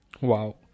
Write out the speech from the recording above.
Wow